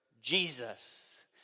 Jesus